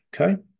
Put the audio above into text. okay